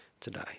today